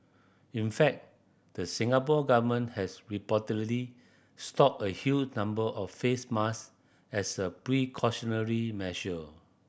in fact the Singapore Government has reportedly stocked a huge number of face mask as a precautionary measure